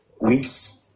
weeks